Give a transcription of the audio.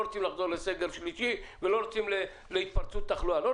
בין אם יאהבו את זה ובין אם לאו.